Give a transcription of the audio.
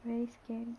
very scary